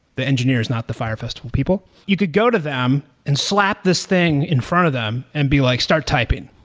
the engineers, not the fire festival people. you could go to them and slap this thing in front of them and be like, start typing,